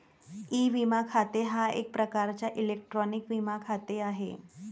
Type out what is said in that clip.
E विमा खाते हा एक प्रकारचा इलेक्ट्रॉनिक विमा खाते आहे